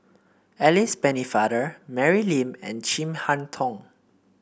Alice Pennefather Mary Lim and Chin Harn Tong